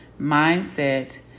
Mindset